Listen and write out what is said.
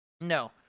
No